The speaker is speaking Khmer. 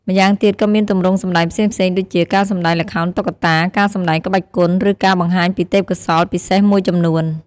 ម្យ៉ាងទៀត ក៏មានទម្រង់សម្ដែងផ្សេងៗដូចជា ការសម្ដែងល្ខោនតុក្កតា ការសម្ដែងក្បាច់គុន ឬការបង្ហាញពីទេពកោសល្យពិសេសមួយចំនួន។